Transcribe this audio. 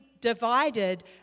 divided